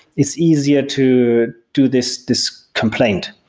it's easier to do this this complaint.